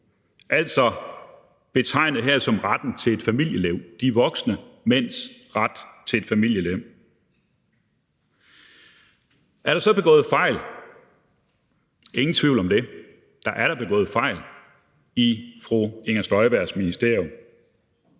Det er betegnet her som retten til et familieliv, de voksne mænds ret til et familieliv. Er der så begået fejl? Ingen tvivl om det. Der er da begået fejl i fru Inger Støjbergs ministerium.